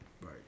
Right